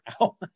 now